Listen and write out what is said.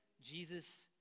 Jesus